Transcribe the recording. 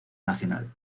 nacional